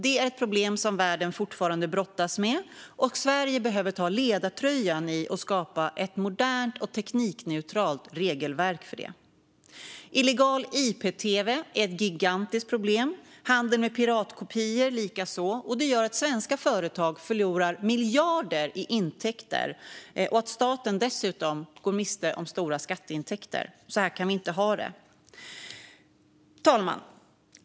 Det är ett problem som världen fortfarande brottas med. Sverige behöver ta ledartröjan när det gäller att skapa ett modernt och teknikneutralt regelverk för detta. Illegal ip-tv är ett gigantiskt problem, liksom handel med piratkopior. Det gör att svenska företag förlorar miljarder i intäkter och att staten dessutom går miste om stora skatteintäkter. Så kan vi inte ha det. Fru talman!